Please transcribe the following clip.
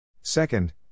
Second